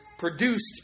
produced